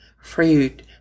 fruit